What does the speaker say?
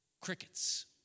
Crickets